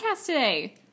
today